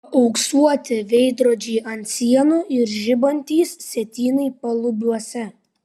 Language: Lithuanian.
paauksuoti veidrodžiai ant sienų ir žibantys sietynai palubiuose